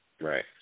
Right